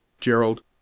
Gerald